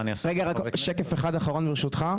שקף אחד אחרון, ברשותך.